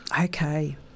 Okay